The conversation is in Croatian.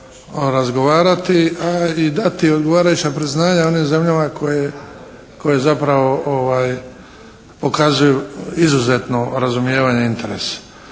razgovarati, a i dati odgovarajuća priznanja onim zemljama koje zapravo pokazuju izuzetno razumijevanje i interes.